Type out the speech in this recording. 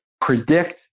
predict